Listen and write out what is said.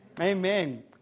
Amen